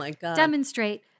demonstrate